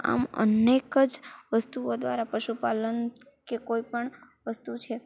આમ અનેક જ વસ્તુઓ દ્વારા પશુપાલન કે કોઈપણ વસ્તુ છે